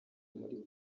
muri